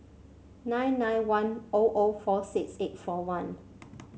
nine nine one O O four six eight four one